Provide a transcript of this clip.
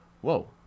whoa